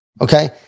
Okay